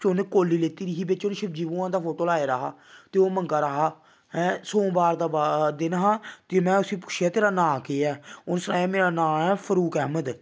चौनें कोली लैती दी ही बिच्च ओह्दे शिवजी भगवान दा फोटो लाए दा हा ते ओह् मंगा दा हा ऐं सोमबार दा बा दिन हा ते में उसी पुच्छेआ तेरा नांऽ केह् ऐ उस सनाया मेरा नांऽ ऐ फरूक अहमद